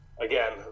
again